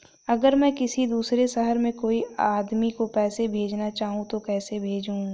अगर मैं किसी दूसरे शहर में कोई आदमी को पैसे भेजना चाहूँ तो कैसे भेजूँ?